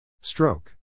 Stroke